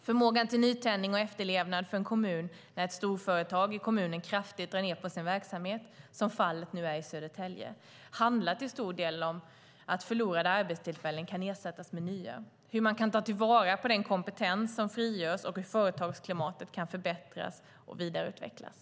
Förmågan till nytändning och överlevnad för en kommun när ett storföretag i kommunen kraftigt drar ned sin verksamhet, som fallet nu är i Södertälje, handlar till stor del om att förlorade arbetstillfällen kan ersättas med nya, hur man kan ta till vara den kompetens som frigörs och hur företagsklimatet kan förbättras och vidareutvecklas.